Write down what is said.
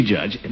Judge